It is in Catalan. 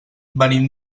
venim